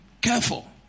careful